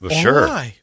sure